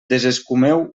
desescumeu